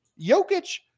Jokic